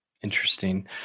Interesting